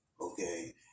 okay